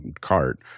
cart